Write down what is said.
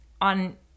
on